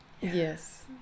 Yes